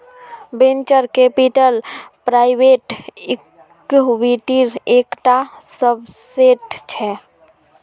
venture capital private इक्विटीर एक टा सबसेट छे